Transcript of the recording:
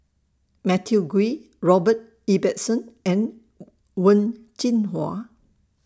Matthew Ngui Robert Ibbetson and Wen Jinhua